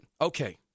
okay